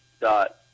dot